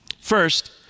First